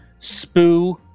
spoo